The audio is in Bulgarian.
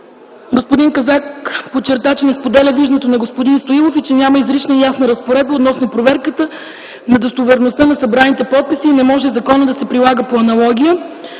Господин Казак подчерта, че не споделя виждането на господин Стоилов и че няма изрична и ясна разпоредба относно проверката на достоверността на събраните подписи и не може законът да се прилага по аналогия.